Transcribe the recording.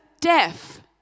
Deaf